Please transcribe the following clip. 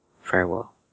Farewell